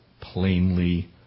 plainly